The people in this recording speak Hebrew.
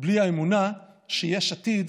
בלי האמונה שיש עתיד